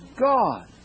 God